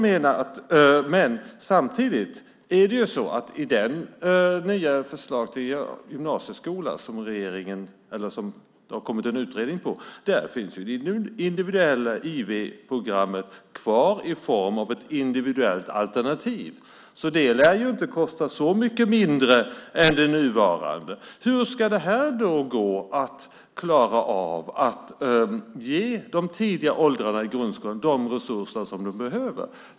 Men samtidigt är det så att i det nya förslag till gymnasieskola som det har kommit en utredning om finns det individuella programmet kvar i form av ett individuellt alternativ. Det lär inte kosta så mycket mindre än det nuvarande. Hur ska det gå att klara av att ge de tidiga åldrarna i grundskolan de resurser som behövs?